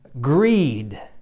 greed